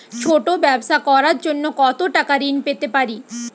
ছোট ব্যাবসা করার জন্য কতো টাকা ঋন পেতে পারি?